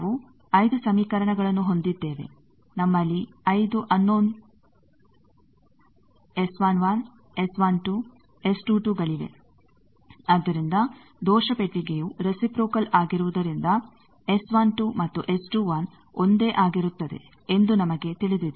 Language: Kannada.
ನಾವು 5 ಸಮೀಕರಣಗಳನ್ನು ಹೊಂದಿದ್ದೇವೆ ನಮ್ಮಲ್ಲಿ 5 ಅನ್ನೋನಗಳಿವೆ ಆದ್ದರಿಂದ ದೋಷ ಪೆಟ್ಟಿಗೆಯು ರೆಸಿಪ್ರೋಕಲ್ ಆಗಿರುವುದರಿಂದ S12⋅ ಮತ್ತು S21⋅ ಒಂದೇ ಆಗಿರುತ್ತದೆ ಎಂದು ನಮಗೆ ತಿಳಿದಿದೆ